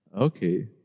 Okay